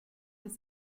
des